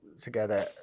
together